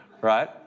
right